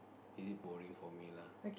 really boring for me lah